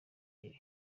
rayon